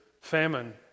famine